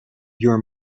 your